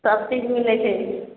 सब चीज मिलै छै